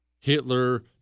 Hitler